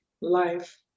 life